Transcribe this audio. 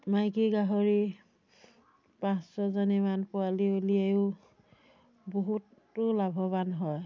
মাইকী গাহৰি পাঁচ ছজনীমান পোৱালি উলিয়াইও বহুতো লাভৱান হয়